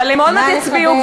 אבל הם עוד מעט יצביעו,